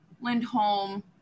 Lindholm